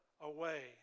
away